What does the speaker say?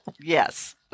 Yes